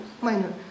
minor